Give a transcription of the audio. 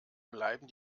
bleiben